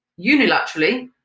unilaterally